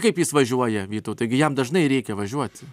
kaip jis važiuoja vytautai gi jam dažnai reikia važiuoti